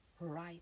right